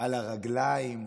על הרגליים.